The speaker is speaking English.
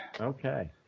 Okay